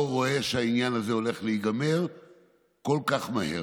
רואה שהעניין הזה הולך להיגמר כל כך מהר,